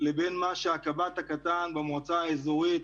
לבין מה שהקב"ט הקטן במועצה האזורית